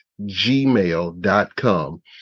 gmail.com